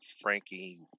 Frankie